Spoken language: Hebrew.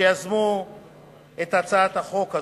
שיזמו את הצעת החוק הזאת.